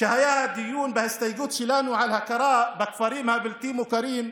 כשהיה דיון בהסתייגות שלנו על הכרה בכפרים הבלתי-מוכרים,